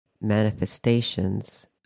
manifestations